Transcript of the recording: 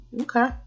Okay